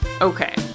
Okay